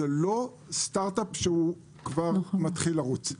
אבל זה לא סטארט אפ שמתחיל לרוץ.